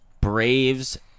Braves